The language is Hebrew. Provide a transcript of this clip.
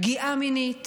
פגיעה מינית